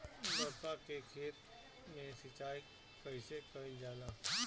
लउका के खेत मे सिचाई कईसे कइल जाला?